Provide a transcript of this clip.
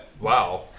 wow